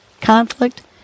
conflict